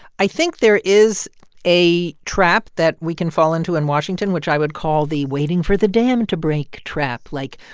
i think there is a trap that we can fall into in washington, which i would call the waiting-for-the-dam-to-break trap like,